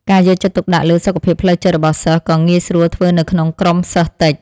ការយកចិត្តទុកដាក់លើសុខភាពផ្លូវចិត្តរបស់សិស្សក៏ងាយស្រួលធ្វើនៅក្នុងក្រុមសិស្សតិច។